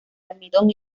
almidón